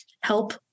help